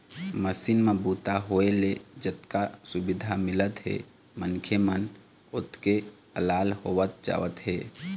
machine म बूता होए ले जतका सुबिधा मिलत हे मनखे मन ओतके अलाल होवत जावत हे